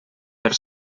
per